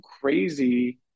crazy